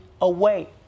away